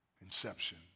Inception